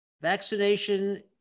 Vaccination